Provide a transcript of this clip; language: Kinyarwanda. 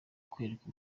kwereka